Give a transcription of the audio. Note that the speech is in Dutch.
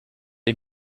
een